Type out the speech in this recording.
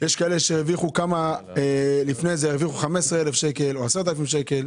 יש כאלה שהרוויחו לפני כן 15 אלף שקל או 10 אלפים שקל,